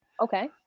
Okay